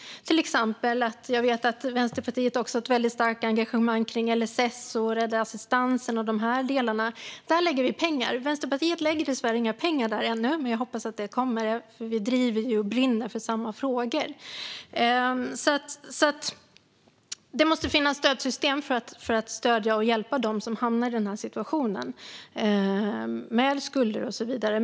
Jag vet att Vänsterpartiet har ett starkt engagemang för LSS och assistansen. Där lägger vi pengar. Vänsterpartiet lägger dessvärre inga pengar där än, men jag hoppas att de kommer. Vi driver och brinner ju för samma frågor. Det måste finnas stödsystem för att stödja och hjälpa dem som hamnar i skulder och så vidare.